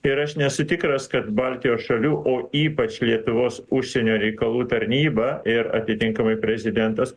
ir aš nesu tikras kad baltijos šalių o ypač lietuvos užsienio reikalų tarnyba ir atitinkamai prezidentas